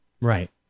Right